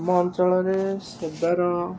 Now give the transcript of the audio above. ଆମ ଅଞ୍ଚଳରେ ସାଧାରଣ